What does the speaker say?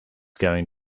going